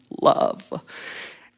love